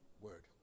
word